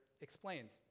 explains